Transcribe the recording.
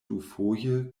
dufoje